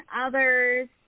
others